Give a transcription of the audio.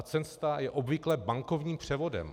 Cesta je obvykle bankovním převodem.